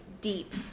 deep